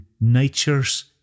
nature's